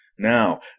Now